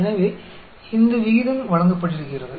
எனவே இந்த விகிதம் வழங்கப்பட்டிருக்கிறது